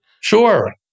Sure